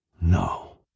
No